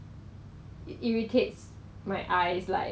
box of fifty pieces of masks